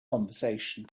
conversation